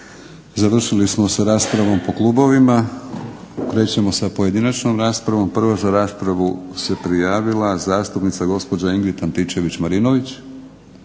Završili smo sa raspravom po klubovima. Krećemo sa pojedinačnom raspravom. Prva za raspravu se prijavila gospođa Ingrid Antičević-Marinović.